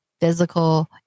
physical